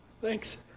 Thanks